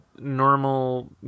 normal